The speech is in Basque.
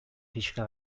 pixka